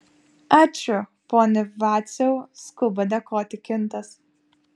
ačiū pone vaciau skuba dėkoti kintas